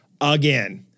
again